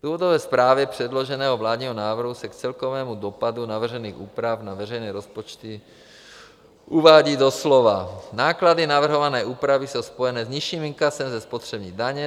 V důvodové zprávě předloženého vládního návrhu se k celkovému dopadu navržených úprav na veřejné rozpočty uvádí doslova: Náklady navrhované úpravy jsou spojeny s nižším inkasem ze spotřební daně.